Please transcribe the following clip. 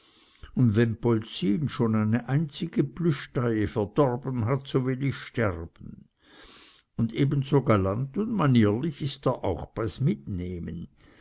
und wenn polzin schon eine einzige plüschtaille verdorben hat so will ich sterben und ebenso galant und manierlich is er auch bei s mitnehmen